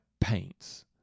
paints